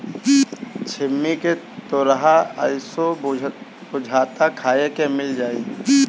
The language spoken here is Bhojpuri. छिम्मी के होरहा असो बुझाता खाए के मिल जाई